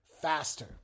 faster